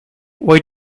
why